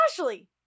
Ashley